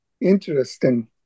interesting